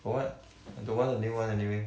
for what I don't want a new one anyway